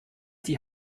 die